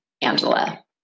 Angela